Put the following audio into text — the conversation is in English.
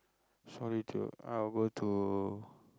sorry to uh go to